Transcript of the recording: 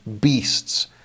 beasts